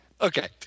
Okay